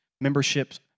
Memberships